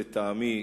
לטעמי,